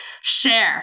share